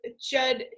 judd